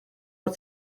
wyt